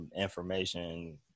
information